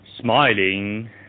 Smiling